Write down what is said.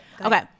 Okay